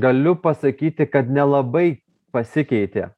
galiu pasakyti kad nelabai pasikeitė